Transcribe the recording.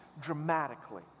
dramatically